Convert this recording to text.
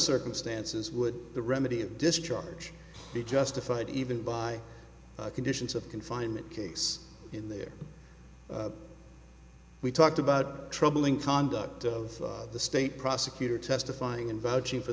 circumstances would the remedy of discharge be justified even by conditions of confinement case in there we talked about troubling conduct of the state prosecutor testifying in vouching for